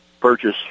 purchase